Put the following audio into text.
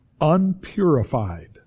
unpurified